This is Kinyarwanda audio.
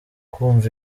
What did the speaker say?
kumva